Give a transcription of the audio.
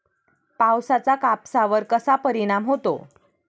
पावसाचा कापसावर कसा परिणाम होतो?